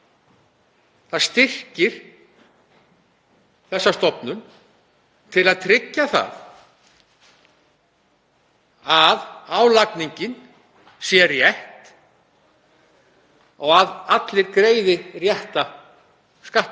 Það styrkir þessa stofnun til að tryggja að álagningin sé rétt og að allir greiði rétta skatta.